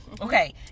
Okay